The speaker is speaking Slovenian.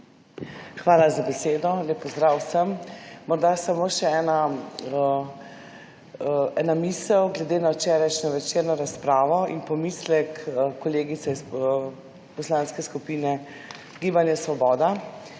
Hvala za besedo. Lep pozdrav vsem! Morda samo še ena misel glede na včerajšnjo večerno razpravo in pomislek kolegice iz Poslanske skupine Svoboda,